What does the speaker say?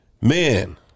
man